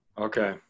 Okay